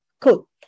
Cool